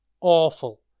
awful